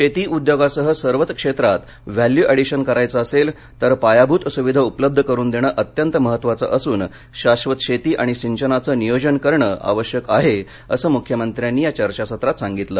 शेती उद्योगासह सर्वच क्षेत्रात व्हॅल्यू एडेशन करायचे असेल तर पायाभूत सुविधा उपलब्ध करून देणे अत्यंत महत्त्वाचं असून शाक्षत शेती आणि सिंचनाचे नियोजन करणं आवश्यक आहे असं मुख्यमंत्र्यांनी या चर्चासत्रात सांगितलं